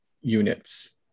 units